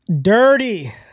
Dirty